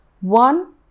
One